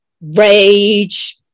Rage